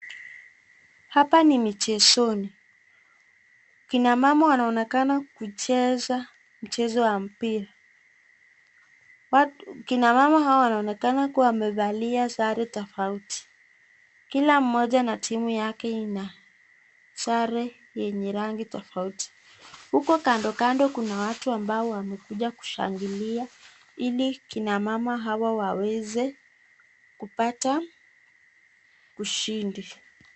Hapa ni michezoni. Kina mama wanaonekana kucheza mchezo wa mpira. Kina mama hao wanaonekana kuwa wamevalia sare tofauti. Kila mmoja na timu yake ina sare yenye rangi tofauti. Huko kandokando kuna watu ambao wamekuja kushangilia ili kina mama hawa waweze kupata ushindi.